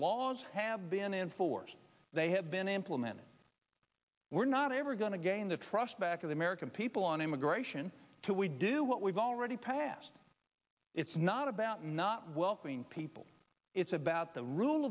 laws have been enforced they have been implemented we're not ever going to gain the trust back of the american people on immigration to we do what we've already passed it's not about not welcoming people it's about